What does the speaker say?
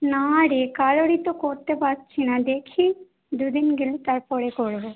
না রে কারোরই তো করতে পারছি না দেখি দু দিন গেলে তারপরে করবো